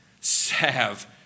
salve